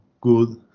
good